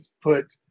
put